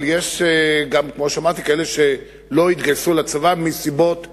אבל יש גם כאלה שלא התגייסו לצבא מסיבות כלשהן.